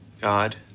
God